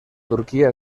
turquía